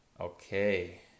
okay